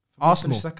Arsenal